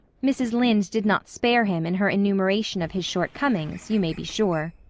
mrs. lynde did not spare him in her enumeration of his shortcomings, you may be sure.